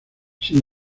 sin